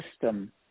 system